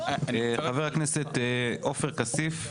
חבר הכנסת עופר כסיף.